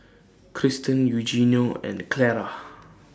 Krysten Eugenio and Clara